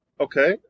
Okay